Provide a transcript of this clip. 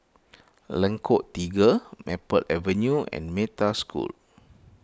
Lengkok Tiga Maple Avenue and Metta School